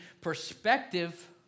perspective